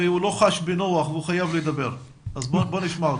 הוא לא חש בנוח והוא חייב לדבר אז בואו נשמע אותו.